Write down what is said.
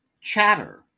Chatter